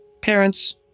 Parents